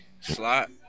slot